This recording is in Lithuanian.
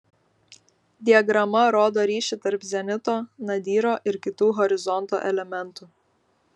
diagrama rodo ryšį tarp zenito nadyro ir kitų horizonto elementų